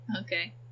Okay